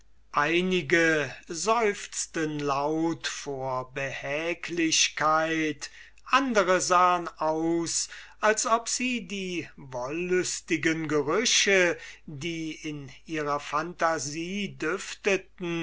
einige seufzten laut vor behäglichkeit andere sahen aus als ob sie die wollüstigen gerüche die in ihrer phantasie